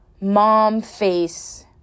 mom-face